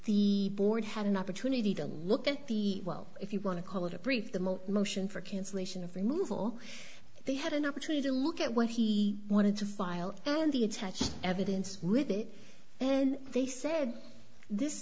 the board had an opportunity to look at the well if you want to call it a brief the most motion for cancellation of removal they had an opportunity to look at what he wanted to file and the attached evidence ribbit and they said this